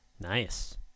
Nice